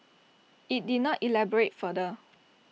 IT did not elaborate further